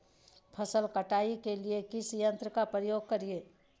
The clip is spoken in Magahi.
फसल कटाई के लिए किस यंत्र का प्रयोग करिये?